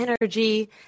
energy